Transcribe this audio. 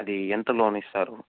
అది ఎంత లోన్ ఇస్తారు